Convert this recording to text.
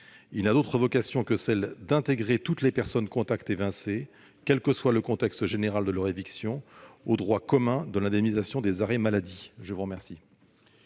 n'a d'autre objet que d'intégrer toutes les personnes contacts évincées, quel que soit le contexte général de leur éviction, dans le droit commun de l'indemnisation des arrêts maladie. Quel